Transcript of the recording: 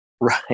Right